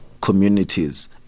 communities